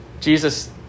Jesus